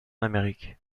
amérique